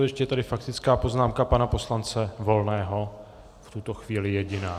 Ještě je tady faktická poznámka pana poslance Volného, v tuto chvíli jediná.